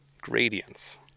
Gradients